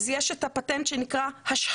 אז יש את הפטנט שנקרא השעיות.